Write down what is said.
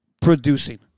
producing